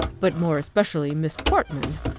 but more especially miss portman,